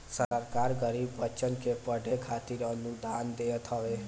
सरकार गरीब बच्चन के पढ़े खातिर अनुदान देत हवे